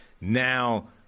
Now